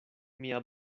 mia